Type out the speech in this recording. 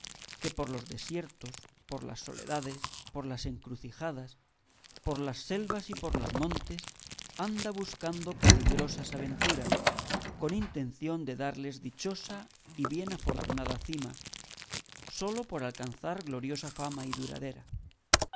que por los desiertos por las soledades por las encrucijadas por las selvas y por los montes anda buscando peligrosas aventuras con intención de darles dichosa y bien afortunada cima sólo por alcanzar gloriosa fama y duradera